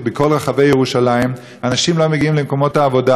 בכל רחבי ירושלים ואנשים לא מגיעים למקומות העבודה?